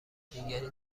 دیگری